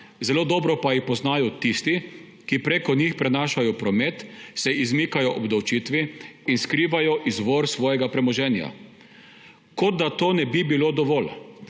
zelo dobro pa jih poznajo tisti, ki prek njih prenašajo promet, se izmikajo obdavčitvi in skrivajo izvor svojega premoženja. Kot da to ne bi bilo dovolj,